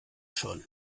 schon